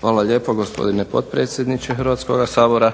Hvala lijepa gospodine potpredsjedniče Hrvatskoga sabora,